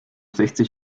sechzig